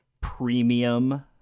premium